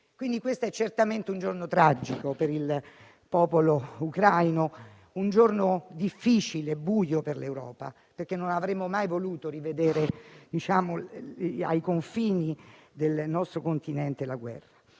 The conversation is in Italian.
Cina. Questo è certamente un giorno tragico per il popolo ucraino e un giorno difficile e buio per l'Europa, perché non avremmo mai voluto rivedere la guerra ai confini del nostro Continente.